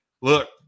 look